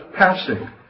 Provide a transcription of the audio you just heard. passing